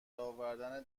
آوردن